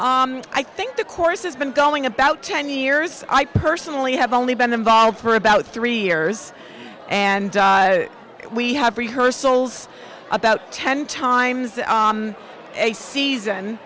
been i think the course has been going about ten years i personally have only been involved for about three years and we have rehearsal's about ten times a season